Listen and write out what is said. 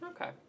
Okay